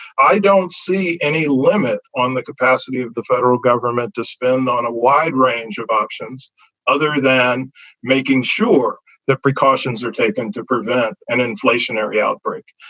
i don't see any limit on the capacity of the federal government to spend on a wide range of options other than making sure that precautions are taken to prevent an inflationary outbreak